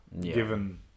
Given